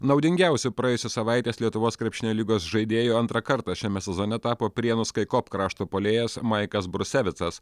naudingiausiu praėjusios savaitės lietuvos krepšinio lygos žaidėju antrą kartą šiame sezone tapo prienų skaikop krašto puolėjas maikas brusevicas